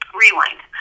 rewind